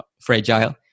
fragile